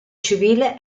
civile